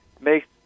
makes